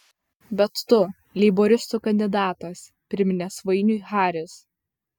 bet tu leiboristų kandidatas priminė svainiui haris